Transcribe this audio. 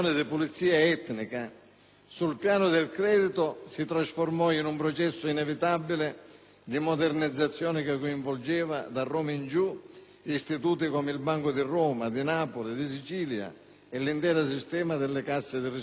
sul piano del credito si trasformò in un processo inevitabile di modernizzazione che coinvolgeva, da Roma in giù, istituti come il Banco di Roma, il Banco di Napoli, il Banco di Sicilia e l'intero sistema delle Casse di risparmio meridionali.